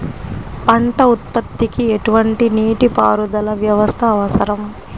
పంట ఉత్పత్తికి ఎటువంటి నీటిపారుదల వ్యవస్థ అవసరం?